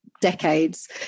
decades